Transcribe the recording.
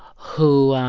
who,